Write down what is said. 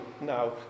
now